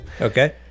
okay